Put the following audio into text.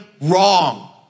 wrong